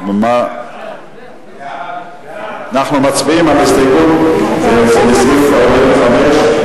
אנחנו מצביעים על הסתייגות לסעיף 45,